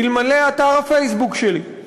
אלמלא אתר הפייסבוק שלי.